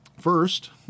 First